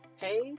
Hey